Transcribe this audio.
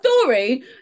story